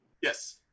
Yes